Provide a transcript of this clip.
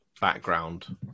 background